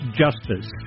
justice